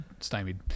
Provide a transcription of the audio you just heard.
stymied